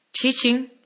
teaching